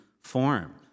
form